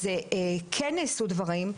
אז כן נעשו דברים,